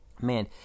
Man